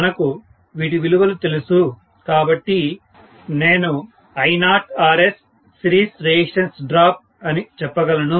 మనకు వీటి విలువలు తెలుసు కాబట్టి నేను I0Rs సిరీస్ రెసిస్టెన్స్ డ్రాప్ అని చెప్పగలను